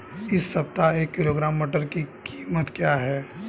इस सप्ताह एक किलोग्राम मटर की कीमत क्या है?